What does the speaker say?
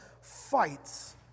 fights